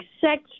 sex